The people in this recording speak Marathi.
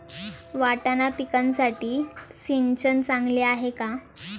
वाटाणा पिकासाठी सिंचन चांगले आहे का?